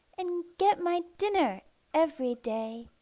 and get my dinner every day